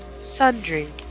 Sundry